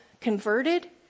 converted